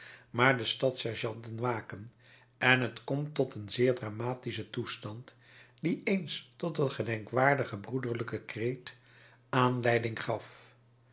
maar de stadssergeanten waken en het komt tot een zeer dramatischen toestand die eens tot een gedenkwaardigen broederlijken kreet aanleiding gaf